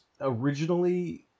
originally